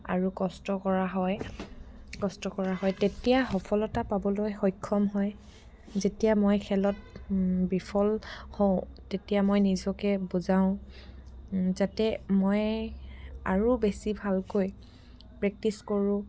আৰু কষ্ট কৰা হয় কষ্ট কৰা হয় তেতিয়া সফলতা পাবলৈ সক্ষম হয় যেতিয়া মই খেলত বিফল হওঁ তেতিয়া মই নিজকে বুজাওঁ যাতে মই আৰু বেছি ভালকৈ প্ৰেক্টিছ কৰোঁ